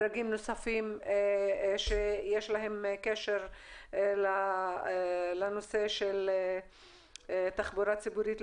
דרגים נוספים שיש להם קשר לנושא של תחבורה ציבורית,